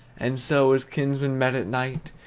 and so, as kinsmen met a night,